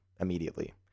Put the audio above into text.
immediately